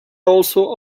also